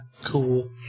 Cool